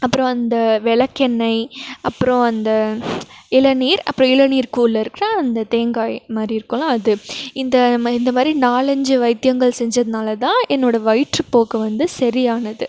அப்புறம் அந்த விளக்கெண்ணை அப்புறம் அந்த இளநீர் அப்புறம் இளநீருக்குள்ள இருக்கிற அந்த தேங்காய் மாதிரி இருக்குமில்ல அது இந்த நம்ம இந்த மாதிரி நாலஞ்சு வைத்தியங்கள் செஞ்சதுனால் தான் என்னோடய வயிற்றுப்போக்கு வந்து சரியானது